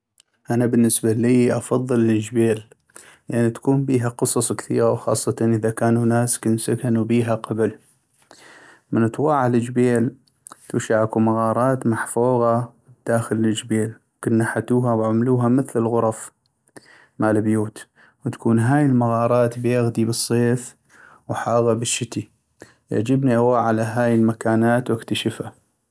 انا بالنسبة إلي أفضل الجبيل ، لأن تكون بيها قصص كثيغا وخاصة إذا كانوا ناس كن سكنوا بيها قبل ، من تغوح عالجبيل تغشع اكو مغارات محفوغا بداخل الجبيل وكن نحتوها وعملوها مثل الغرف مال بيوت ، وتكون هاي المغارات بيغدي بالصيف وحاغا بالشتي ، يعجبني اغوح على هاي المكانات واكتشفا.